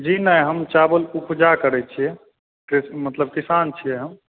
जी नहि हम चावल उपजा करै छियै मतलब किसान छियै हम